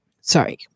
Sorry